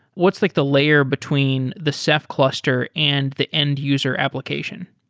what's like the layer between the ceph cluster and the end user application?